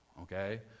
okay